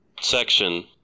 section